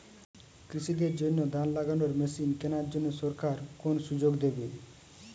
কৃষি দের জন্য ধান লাগানোর মেশিন কেনার জন্য সরকার কোন সুযোগ দেবে?